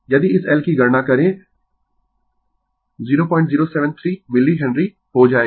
यदि इस L की गणना करें 0073 मिली हेनरी हो जाएगा